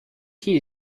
key